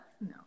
no